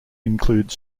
include